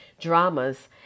dramas